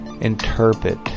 interpret